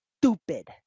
stupid